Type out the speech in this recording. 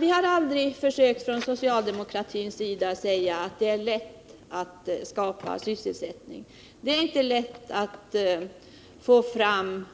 Vi socialdemokrater har aldrig försökt påstå att det är lätt att skapa sysselsättning. Det är inte lätt att få fram